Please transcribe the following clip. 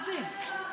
91%. מה זה הדבר הזה?